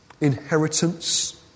inheritance